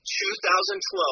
2012